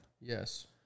Yes